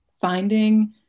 finding